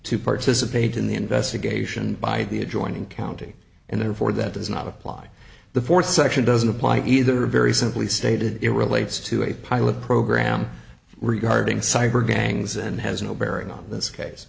to participate in the investigation by the adjoining county and therefore that does not apply the fourth section doesn't apply either or very simply stated it relates to a pilot program regarding cyber gangs and has no bearing on this case